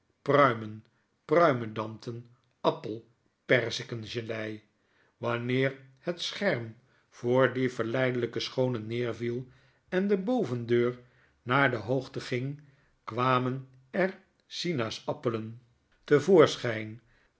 aalbessen abrikozenpruimen pruimedanten appel perzikengelei wanneer het scherm voor die verleideiyke schoonen neerviel en de bovendeur naar de hoogte ging kwamen er sina's